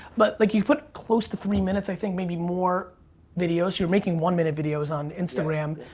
but like you put close to three minutes, i think maybe more videos. you're making one minute videos on instagram.